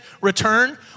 return